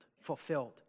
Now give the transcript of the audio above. Fulfilled